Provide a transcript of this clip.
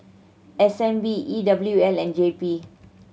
S N B E W L and J P